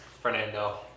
Fernando